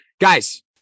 guys